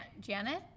Janet